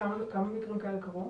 כמה מקרים כאלה קרו?